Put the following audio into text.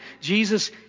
Jesus